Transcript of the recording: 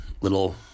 little